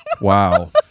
Wow